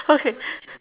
okay